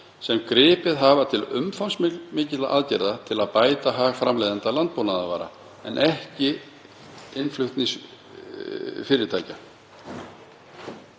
sem gripið hafa til umfangsmikilla aðgerða til að bæta hag framleiðenda landbúnaðarvara en ekki innflutningsfyrirtækja.